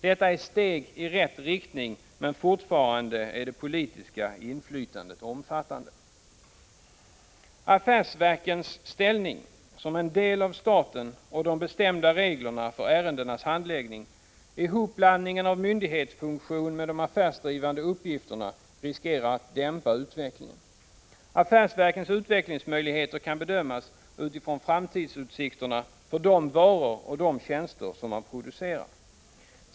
Detta är steg i rätt riktning, men fortfarande är det politiska inflytandet omfattande. Affärsverkens ställning som en del av staten — de bestämda reglerna för ärendenas handläggning och ihopblandningen av myndighetsfunktionen med de affärsdrivande uppgifterna — riskerar att dämpa utvecklingen. Affärsverkens utvecklingsmöjligheter kan bedömas utifrån framtidsutsikterna för de varor och tjänster som de producerar.